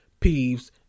peeves